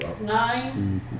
nine